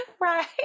Right